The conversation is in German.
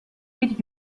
mit